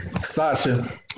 Sasha